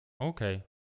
okay